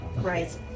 right